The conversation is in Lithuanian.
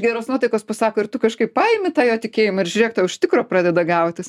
geros nuotaikos pasako ir tu kažkaip paimi tą jo tikėjimą ir žiūrėk tau iš tikro pradeda gautis